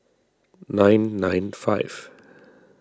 nine nine five